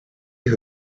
who